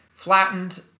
Flattened